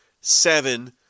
seven